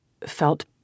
felt